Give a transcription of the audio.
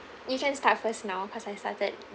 you can start first now because I started